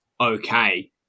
okay